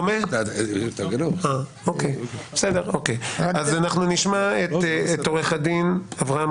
נשמע את עו"ד אברהם